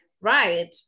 Right